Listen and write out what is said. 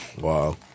Wow